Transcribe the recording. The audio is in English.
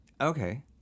Okay